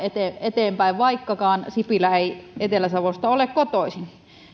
eteenpäin vaikkakaan sipilä ei etelä savosta